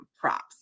props